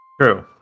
True